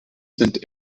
sind